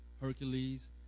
Hercules